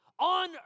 On